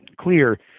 clear